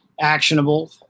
actionable